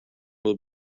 will